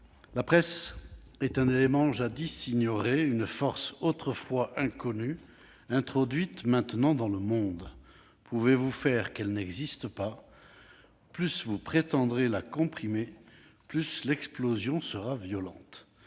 La presse est un élément jadis ignoré, une force autrefois inconnue, introduite maintenant dans le monde. [...] Pouvez-vous faire qu'elle n'existe pas ? Plus vous prétendrez la comprimer, plus l'explosion sera violente